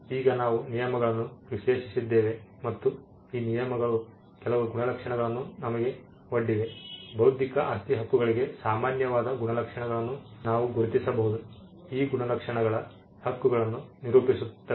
ಈಗ ನಾವು ಈ ನಿಯಮಗಳನ್ನು ವಿಶ್ಲೇಷಿಸಿದ್ದೇವೆ ಮತ್ತು ಈ ನಿಯಮಗಳು ಕೆಲವು ಗುಣಲಕ್ಷಣಗಳನ್ನು ನಮಗೆ ಒಡ್ಡಿವೆ ಬೌದ್ಧಿಕ ಆಸ್ತಿ ಹಕ್ಕುಗಳಿಗೆ ಸಾಮಾನ್ಯವಾದ ಗುಣಲಕ್ಷಣಗಳನ್ನು ನಾವು ಗುರುತಿಸಬಹುದು ಈ ಗುಣಲಕ್ಷಣಗಳು ಹಕ್ಕಗಳನ್ನು ನಿರೂಪಿಸುತ್ತವೆ